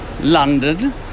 London